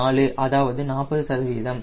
4 அதாவது 40 சதவீதம்